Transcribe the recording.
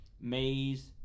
maze